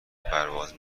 پرواز